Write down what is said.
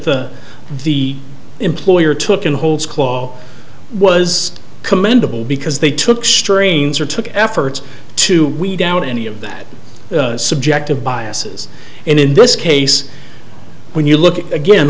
the the employer took in holdsclaw was commendable because they took strains or took effort it's to weed out any of that subjective biases and in this case when you look at again